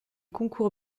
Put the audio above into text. concours